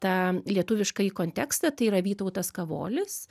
tą lietuviškąjį kontekstą tai yra vytautas kavolis